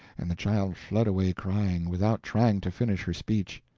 and the child fled away crying, without trying to finish her speech.